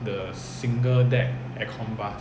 the single deck aircon bus